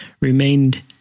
remained